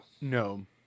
No